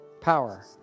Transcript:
power